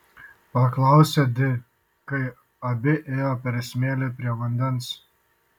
paklausė di kai abi ėjo per smėlį prie vandens